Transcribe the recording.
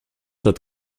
that